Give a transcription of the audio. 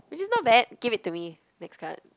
which is not bad give it to me next card